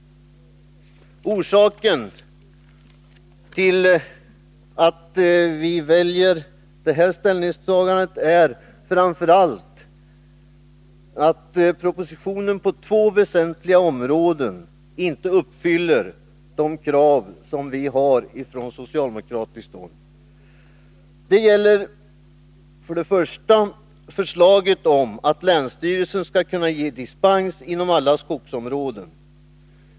Orsaken till utskottets ställningstagande är framför allt att propositionen på två väsentliga områden inte uppfyller krav som ställs från socialdemokratiskt håll. Det gäller för det första förslaget om att länsstyrelsen skall kunna ge dispens inom alla skogsområden.